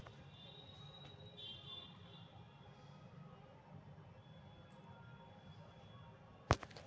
बेशी दिनगत फाइनेंस मे भारत आर्थिक साधन के मोल में बढ़े के उम्मेद करइ छइ